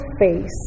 face